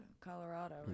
Colorado